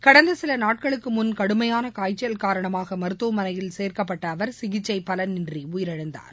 கடந்த சில நாட்களுக்கு முன் கடுமையான காய்ச்சல் காரணமாக மருத்துவமனையில் சேர்க்கப்பட்ட அவர் சிகிச்சை பலனின்றி உயிரிழந்தார்